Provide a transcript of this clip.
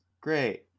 great